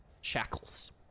shackles